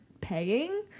paying